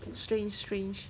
strange strange